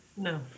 No